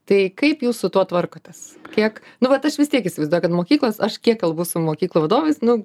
tai kaip jūs su tuo tvarkotės kiek nu vat aš vis tiek įsivaizduoju kad mokyklos aš kiek kalbu su mokyklų vadovais nu